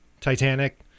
Titanic